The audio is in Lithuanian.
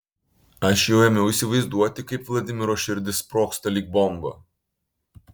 aš jau ėmiau įsivaizduoti kaip vladimiro širdis sprogsta lyg bomba